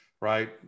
right